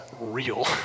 real